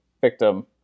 victim